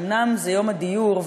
אומנם זה יום הדיור,